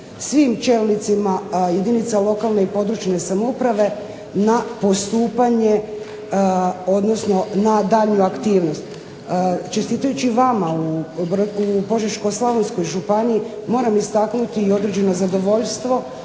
svim čelnicima jedinica lokalne i područne samouprave na postupanje odnosno na daljnju aktivnost. Čestitajući vama u Požeško-slavonskoj županiji moram istaknuti određeno zadovoljstvo